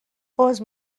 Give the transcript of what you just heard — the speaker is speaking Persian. عذر